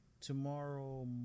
tomorrow